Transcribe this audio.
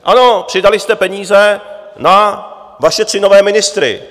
Ano, přidali jste peníze na vaše tři nové ministry.